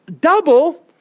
double